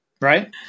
Right